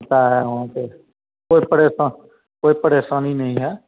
होता है वहाँ पर कोई परेसा कोई परेशानी नहीं है